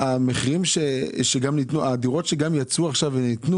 הדירות שיצאו עכשיו,